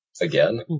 Again